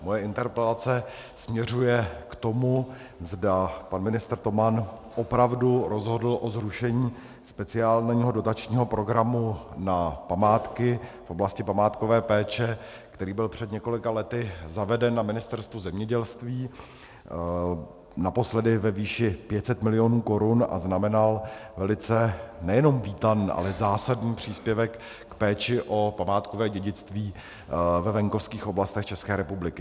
Moje interpelace směřuje k tomu, zda pan ministr Toman opravdu rozhodl o zrušení speciálního dotačního programu na památky v oblasti památkové péče, který byl před několika lety zaveden na Ministerstvu zemědělství, naposledy ve výši 500 mil. korun, a znamenal velice nejenom vítaný, ale zásadní příspěvek k péči o památkové dědictví ve venkovských oblastech České republiky.